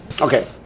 Okay